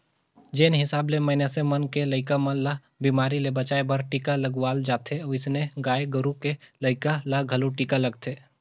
जेन हिसाब ले मनइसे मन के लइका मन ल बेमारी ले बचाय बर टीका लगवाल जाथे ओइसने गाय गोरु के लइका ल घलो टीका लगथे